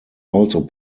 also